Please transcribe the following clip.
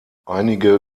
einige